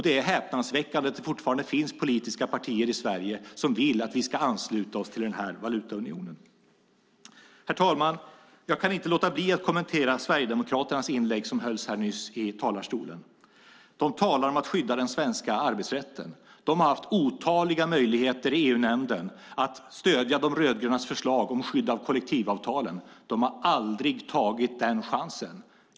Det är häpnadsväckande att det fortfarande finns politiska partier i Sverige som vill att vi ska ansluta oss till valutaunionen. Herr talman! Jag kan inte låta bli att kommentera Sverigedemokraternas inlägg som hölls här nyss i talarstolen. De talar om att skydda den svenska arbetsrätten. De har haft otaliga möjligheter i EU-nämnden att stödja De rödgrönas förslag om skydd av kollektivavtalen. De har aldrig tagit den chansen.